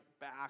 back